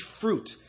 fruit